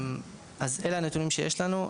אלה הנתונים שיש לנו.